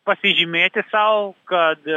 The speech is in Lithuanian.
pasižymėti sau kad